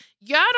Y'all